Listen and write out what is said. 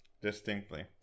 distinctly